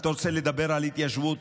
אתה רוצה לדבר על התיישבות?